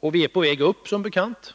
Och vi är som bekant på väg upp.